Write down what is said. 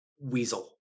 Weasel